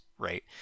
Right